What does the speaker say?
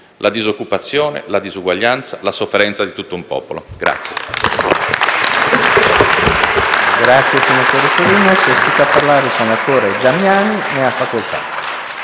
la disoccupazione, la disuguaglianza e la sofferenza di tutto un popolo.